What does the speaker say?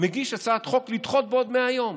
מגיש הצעת חוק לדחות בעוד 100 יום.